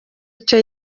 icyo